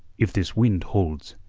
if this wind holds,